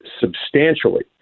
substantially